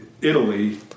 Italy